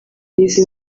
izi